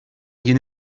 hier